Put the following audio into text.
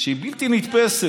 שהיא בלתי נתפסת.